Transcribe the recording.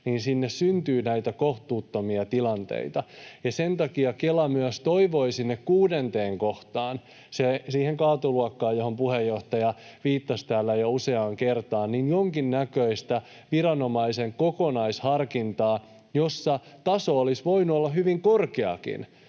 niin sinne syntyy näitä kohtuuttomia tilanteita. Ja sen takia Kela myös toivoi sinne kuudenteen kohtaan, siihen kaatoluokkaan, johon puheenjohtaja viittasi täällä jo useaan kertaan, jonkinnäköistä viranomaisen kokonaisharkintaa, jossa taso olisi voinut olla hyvin korkeakin